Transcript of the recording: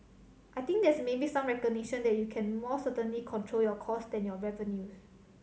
I think there's maybe some recognition that you can more certainly control your costs than your revenues